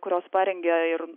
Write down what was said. kurios parengia ir